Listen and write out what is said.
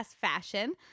fashion